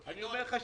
אני אומר לך,